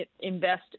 invest